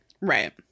Right